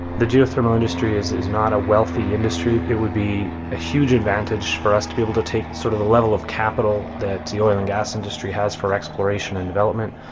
the geothermal industry is is not a wealthy industry. it would be a huge advantage for us to be able to take sort of the level of capital that the oil and gas industry has for exploration and development.